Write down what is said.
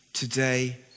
Today